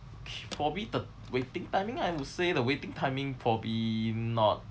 okay for me the waiting timing I would say the waiting timing probably not